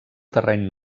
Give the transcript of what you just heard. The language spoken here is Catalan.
terreny